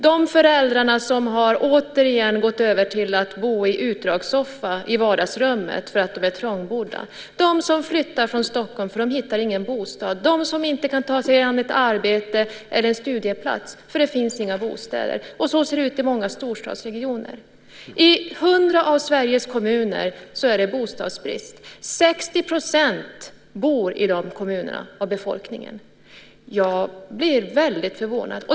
Det är föräldrar som åter har gått till att sova i utdragssoffan i vardagsrummet därför att de är så trångbodda. Det är de som flyttar från Stockholm därför att de inte hittar någon bostad, och det är de som inte kan ta sig an ett arbete eller en studieplats därför att det inte finns några bostäder. Så ser det ut i många storstadsregioner. I 100 av Sveriges kommuner är det bostadsbrist. 60 % av befolkningen bor i de kommunerna. Jag blir som sagt väldigt förvånad.